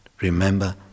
Remember